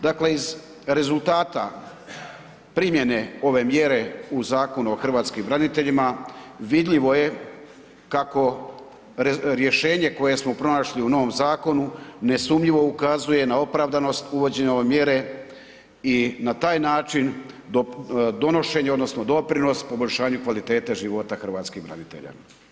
Dakle, iz rezultata primjene ove mjere u Zakonu o hrvatskim braniteljima, vidljivo je kako rješenje koje smo pronašli u novom zakonu, nesumnjivo ukazuje na opravdanost uvođenja ove mjere i na taj način donošenje odnosno doprinos poboljšanju kvalitete života hrvatskih branitelja.